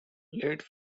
late